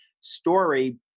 story